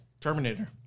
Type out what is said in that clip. Terminator